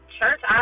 church